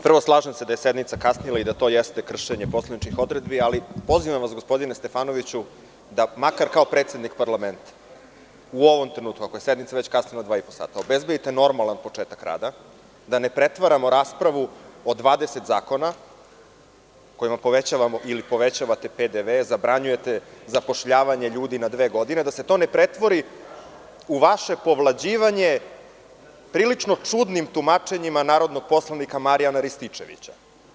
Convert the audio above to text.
Prvo, slažem se da je sednica kasnila i da to jeste kršenje poslovničkih odredbi, ali pozivam vas gospodine Stefanoviću, da makar kao predsednik parlamenta, u ovom trenutku, ako je sednica već kasnila dva i po sata, obezbedite normalan početak rada, da ne pretvaramo raspravu od 20 zakona kojima povećavate PDV, zabranjujete zapošljavanje ljudi na dve godine, da se to ne pretvori u vaše povlađivanje prilično čudnim tumačenjima narodnog poslanika Marijana Rističevića.